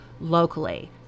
locally